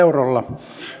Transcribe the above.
eurolla